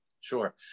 Sure